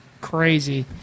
crazy